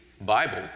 Bible